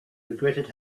regretted